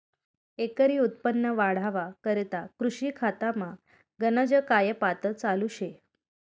एकरी उत्पन्न वाढावा करता कृषी खातामा गनज कायपात चालू शे